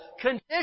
condition